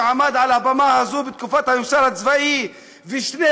שעמד על הבמה הזאת בתקופת הממשל הצבאי ושני